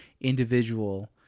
individual